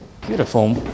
beautiful